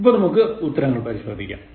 ഇപ്പോൾ നമുക്ക് ഉത്തരങ്ങൾ പരിശോധിക്കാം